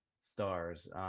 stars